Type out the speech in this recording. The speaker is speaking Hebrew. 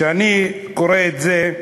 כשאני קורא את זה: